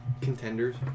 contenders